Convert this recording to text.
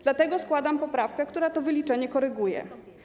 Dlatego składam poprawkę, która to wyliczenie koryguje.